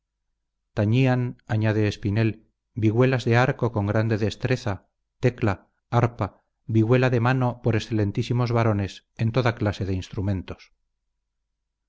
tañían añade espinel vihuelas de arco con grande destreza tecla arpa vihuela de mano por excelentísimos varones en toda clase de instrumentos